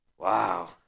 Wow